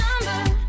number